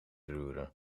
roeren